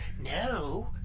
No